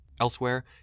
Elsewhere